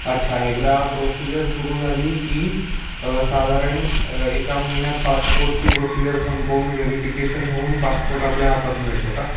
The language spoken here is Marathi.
अच्छा एकदा प्रोसिजर सुरू झाली की साधारण एका महिन्यात पासपोर्टची प्रोसिजर संपवून व्हेरीफिकेशन होऊन पासपोर्ट आपल्या हातात मिळतो का